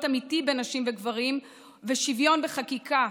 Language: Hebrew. אמיתי בין נשים לגברים ולשוויון בחקיקה,